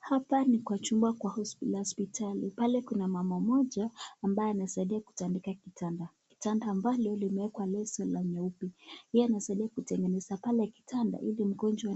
Hapa ni kwa chumba la hospitali. Pale kuna mama mmoja ambaye anasaidia kutandika kitanda. Kitanda ambalo limeekwa leso la nyeupe. Yeye anasaidia kutengeneza pale kitanda ili mgonjwa